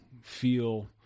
feel